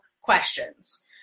questions